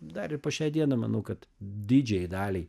dar ir po šiai dienai manau kad didžiajai daliai